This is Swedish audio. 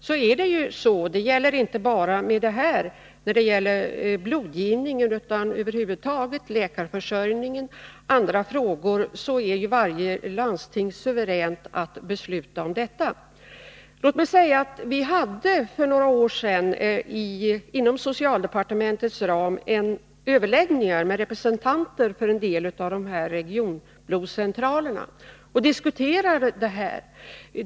Det är ju så — detta gäller inte bara blodgivningen utan läkarförsörjningen över huvud taget — att varje landsting är suveränt att besluta om detta. Låt mig säga att vi för några år sedan i socialdepartementet hade överläggningar med representanter för en del av regionblodcentralerna för att diskutera saken.